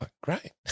great